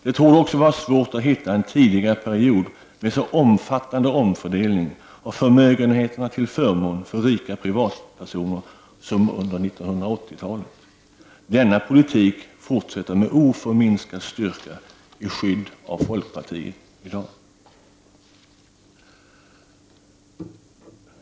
Det torde också vara svårt att hitta en tidigare period med så omfattande omfördelning av förmögenheterna till förmån för rika privatpersoner som under 1980-talet. Denna politik fortsätter i dag med oförminskad styrka i skydd av folkpartiet.